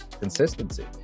consistency